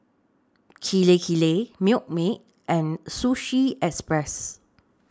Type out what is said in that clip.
Kirei Kirei Milkmaid and Sushi Express